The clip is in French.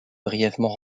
brièvement